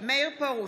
מאיר פרוש,